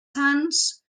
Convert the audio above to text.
sants